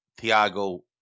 Thiago